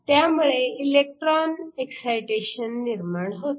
त्यामुळे electronic excitation निर्माण होते